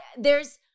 There's-